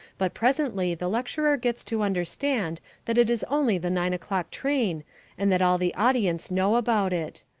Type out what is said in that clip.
but presently the lecturer gets to understand that it is only the nine-o'clock train and that all the audience know about it.